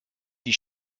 die